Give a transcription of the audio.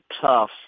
tough